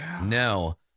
no